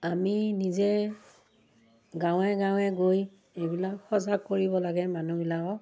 আমি নিজে গাঁৱে গাঁৱে গৈ এইবিলাক সজাগ কৰিব লাগে মানুহবিলাকক